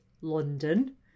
London